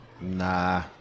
nah